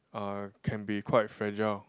uh can be quite fragile